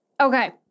Okay